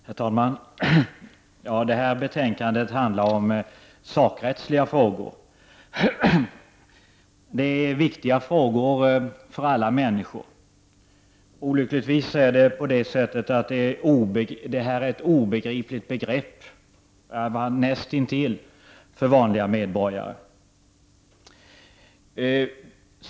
Herr talman! I det här betänkandet behandlas sakrättsliga frågor. Det är viktiga frågor för alla människor. Olyckligtvis är det fråga om i varje fall näst intill ofattbara begrepp för vanliga medborgare.